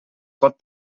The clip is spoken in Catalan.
pot